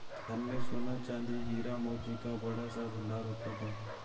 धन में सोना, चांदी, हीरा, मोती का बड़ा सा भंडार होता था